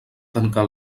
tancar